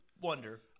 wonder